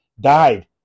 died